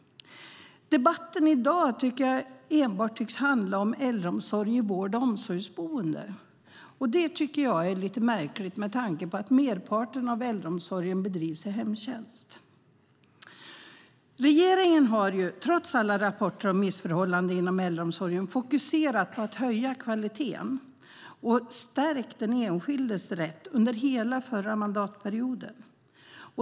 Debatten i dag tycks enbart handla om äldreomsorg i vård och omsorgsboende. Det tycker jag är lite märkligt med tanke på att merparten av äldreomsorgen bedrivs i form av hemtjänst. Regeringen har, trots alla rapporter om missförhållanden inom äldreomsorgen, under hela förra mandatperioden fokuserat på att höja kvaliteten och stärkt den enskildes rätt.